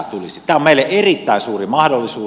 tämä on meille erittäin suuri mahdollisuus